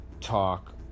talk